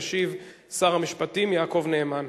משיב שר המשפטים יעקב נאמן.